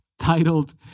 titled